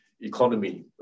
economy